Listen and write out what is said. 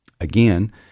again